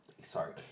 Sorry